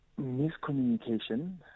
miscommunication